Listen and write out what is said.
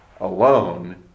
alone